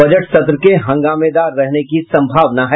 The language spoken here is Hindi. बजट सत्र के हंगामेदार रहने की संभावना है